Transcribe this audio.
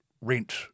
rent